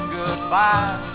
goodbye